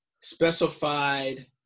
specified